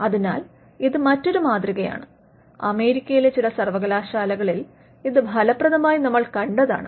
അതിനാൽ ഇത് മറ്റൊരു മാതൃകയാണ് അമേരിക്കയിലെ ചില സർവകലാശാലകളിൽ ഇത് ഫലപ്രദമായി നമ്മൾ കണ്ടതാണ്